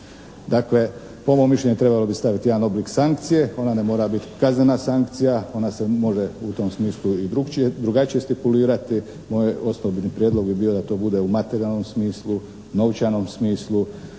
Dakle po mom mišljenju trebalo bi staviti jedan oblik sankcije, ona ne mora biti kaznena sankcija, ona se može u tom smislu i drugačije stipulirati, moj osobni prijedlog bi bio da to bude u materijalnom smislu, novčanom smislu